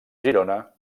girona